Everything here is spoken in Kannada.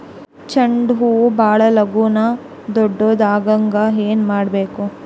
ಚಂಡ ಹೂ ಭಾಳ ಲಗೂನ ದೊಡ್ಡದು ಆಗುಹಂಗ್ ಏನ್ ಮಾಡ್ಬೇಕು?